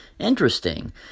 Interesting